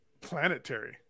Planetary